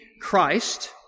Christ